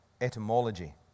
etymology